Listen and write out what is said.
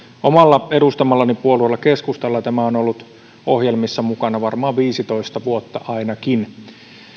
omalla edustamallani puolueella keskustalla tämä on ollut ohjelmissa mukana varmaan viisitoista vuotta ainakin